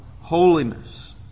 holiness